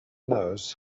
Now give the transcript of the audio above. knows